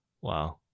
Wow